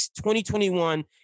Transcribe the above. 2021